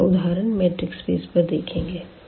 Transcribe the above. अगला उदाहरण matrix space पर देखेंगे